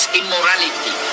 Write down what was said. immorality